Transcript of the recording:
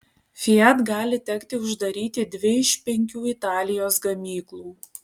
fiat gali tekti uždaryti dvi iš penkių italijos gamyklų